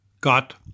got